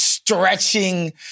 stretching